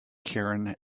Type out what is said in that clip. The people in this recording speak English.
karin